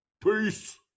Peace